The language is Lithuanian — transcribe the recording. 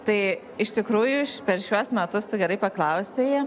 tai iš tikrųjų per šiuos metus tu gerai paklausei